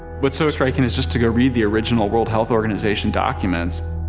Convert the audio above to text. what's so striking is just to go read the original world health organization documents,